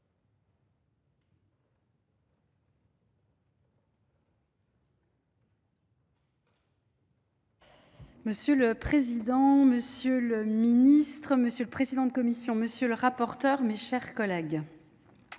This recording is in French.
Monsieur le président, monsieur le ministre, monsieur le président de la commission, monsieur le rapporteur, mes chers collègues,